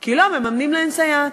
כי לא מממנים להן סייעת.